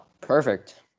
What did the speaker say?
Perfect